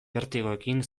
bertigoekin